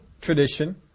tradition